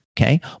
Okay